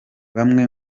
bamwe